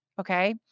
Okay